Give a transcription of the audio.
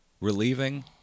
relieving